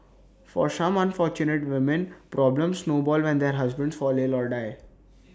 for some unfortunate women problems snowball when their husbands fall ill or die